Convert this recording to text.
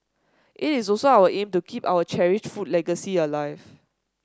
it is also our aim to keep our cherished food legacy alive